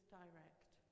direct